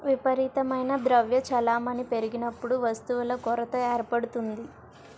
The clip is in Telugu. విపరీతమైన ద్రవ్య చలామణి పెరిగినప్పుడు వస్తువుల కొరత ఏర్పడుతుంది